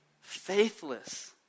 Faithless